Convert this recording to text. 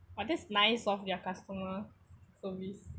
oh that's nice of their customer service